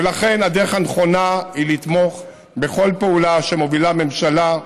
ולכן הדרך הנכונה היא לתמוך בכל פעולה שמובילה ממשלה,